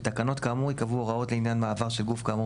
בתקנות כאמור ייקבעו הוראות לעניין מעבר של גוף כאמור